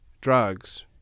drugs